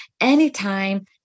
anytime